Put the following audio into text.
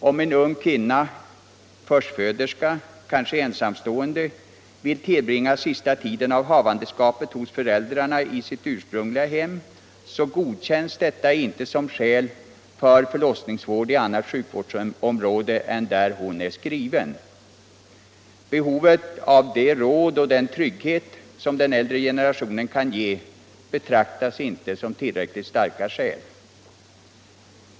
Om en ung flicka, förstföderska, kanske ensamstående, vill tillbringa sista tiden av havandeskapet hos föräldrarna i sitt ursprungliga hem, så godkänns detta inte som skäl för förlossningsvård i annat sjuk vårdsområde än där hon är skriven. Behovet av de råd och den trygghet som den äldre generationen kan ge betraktas inte som tillräckligt starka skäl.